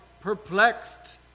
perplexed